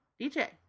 DJ